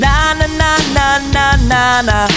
Na-na-na-na-na-na-na